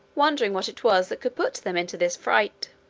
wondering what it was that could put them into this fright.